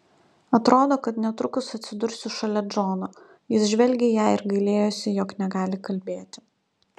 atrodo kad netrukus atsidursiu šalia džono jis žvelgė į ją ir gailėjosi jog negali kalbėti